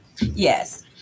Yes